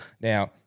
Now